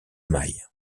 maille